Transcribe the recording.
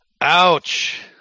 Ouch